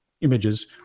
images